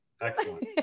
Excellent